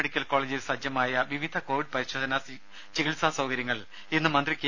medical കോളേജിൽ സജ്ജമായ വിവിധ കൊവിഡ് പരിശോധനാ ചികിത്സാ സൌകര്യങ്ങൾ ഇന്ന് മന്ത്രി കെ